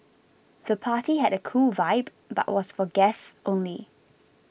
the party had a cool vibe but was for guests only